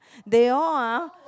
they all ah